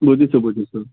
বুজিছোঁ বুজিছোঁ